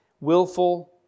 willful